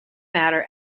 matter